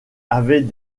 avait